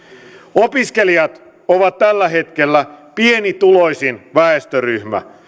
opiskelijat ovat tällä hetkellä pienituloisin väestöryhmä